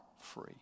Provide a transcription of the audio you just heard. free